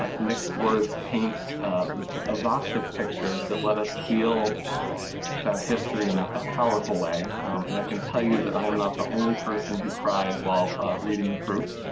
ah nick's words paint evocative pictures that let us feel that history in a ah powerful and and i can tell you that i'm not the only person who cried while reading the proof.